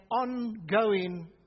ongoing